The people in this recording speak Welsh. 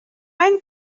ein